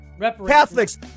Catholics